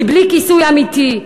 בלי כיסוי אמיתי.